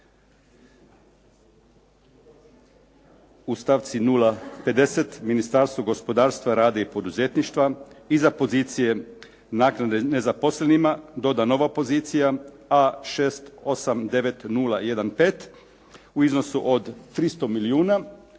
u stavci 0,50 Ministarstvo gospodarstva, rada i poduzetništva iza pozicije naknade nezaposlenima doda nova pozicija A689015 u iznosu od 300 milijuna.